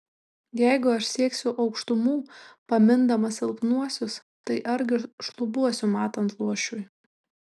jeigu aš sieksiu aukštumų pamindamas silpnuosius tai argi šlubuosiu matant luošiui